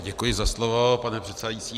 Děkuji za slovo, pane předsedající.